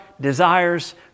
desires